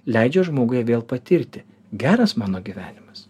leidžia žmoguje vėl patirti geras mano gyvenimas